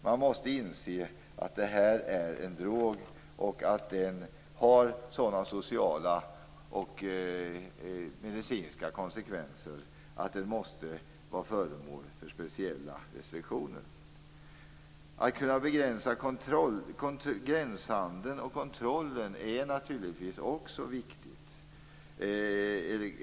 Man måste inse att det här är en drog och att den har sådana sociala och medicinska konsekvenser att den måste vara föremål för speciella restriktioner.